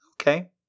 okay